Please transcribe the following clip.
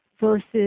versus